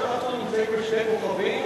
או שאנחנו נמצאים בשני כוכבים,